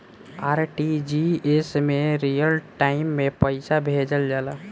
RTGS में real time में पइसा भेजल जाला